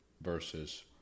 verses